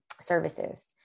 services